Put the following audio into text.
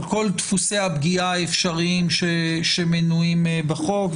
על כל דפוסי הפגיעה האפשריים שמנויים בחוק.